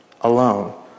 alone